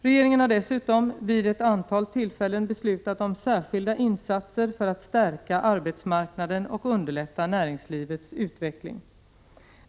Regeringen har dessutom vid olika tillfällen beslutat om särskilda insatser för att stärka arbetsmarknaden och underlätta näringslivets utveckling.